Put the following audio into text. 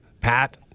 Pat